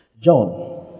John